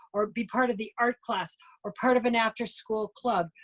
or be part of the art class or part of an afterschool club,